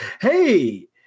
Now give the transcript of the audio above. Hey